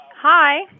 Hi